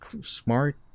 smart